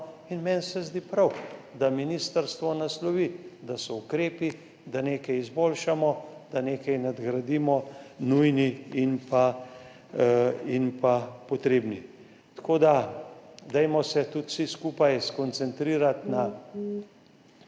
Meni se zdi prav, da ministrstvo naslovi, da so ukrepi, da nekaj izboljšamo, da nekaj nadgradimo, nujni in potrebni. Dajmo se tudi vsi skupaj skoncentrirati na